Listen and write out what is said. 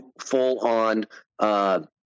full-on